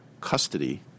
custody